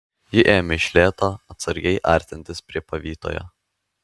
ji ėmė iš lėto atsargiai artintis prie pavytojo